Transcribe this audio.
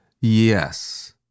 Yes